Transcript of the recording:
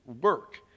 work